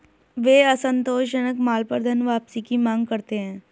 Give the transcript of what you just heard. वे असंतोषजनक माल पर धनवापसी की मांग करते हैं